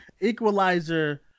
*Equalizer*